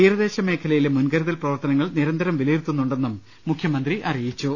തീരദേശ മേഖലയിലെ മുൻകരുതൽ പ്രവർത്തനങ്ങൾ നിരന്തരം വിലയിരുത്തുന്നു ണ്ടെന്നും മുഖ്യമന്ത്രി അറിയിച്ചു